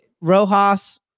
rojas